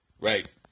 Right